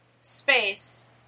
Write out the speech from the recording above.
space